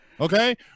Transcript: Okay